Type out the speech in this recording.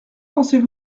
pensez